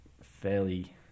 fairly